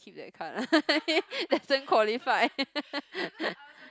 cute that kind ah lesson qualified